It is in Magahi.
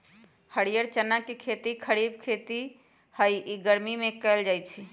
हरीयर चना के खेती खरिफ खेती हइ इ गर्मि में करल जाय छै